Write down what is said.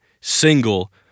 single